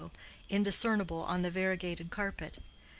indiscernable on the variegated carpet.